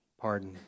pardon